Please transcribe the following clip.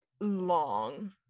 long